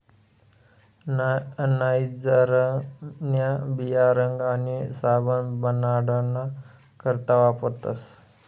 नाइजरन्या बिया रंग आणि साबण बनाडाना करता वापरतस